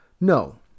No